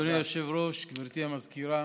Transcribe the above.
אדוני היושב-ראש, גברתי המזכירה,